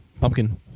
pumpkin